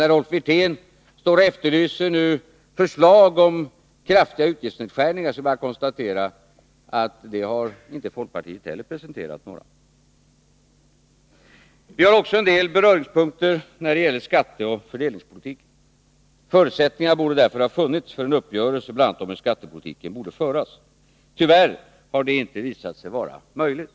När Rolf Wirtén efterlyser förslag om kraftiga utgiftsnedskärningar är det bara att konstatera att folkpartiet inte heller har presenterat några sådana. Vi har också en hel del beröringspunkter när det gäller skatteoch fördelningspolitiken. Förutsättningar borde därför ha funnits för en uppgörelse bl.a. om hur skattepolitiken borde föras. Tyvärr har detta inte visat sig vara möjligt.